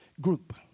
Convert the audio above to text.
group